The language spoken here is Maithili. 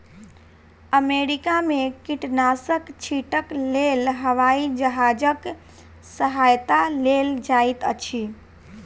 अमेरिका में कीटनाशक छीटक लेल हवाई जहाजक सहायता लेल जाइत अछि